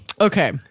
okay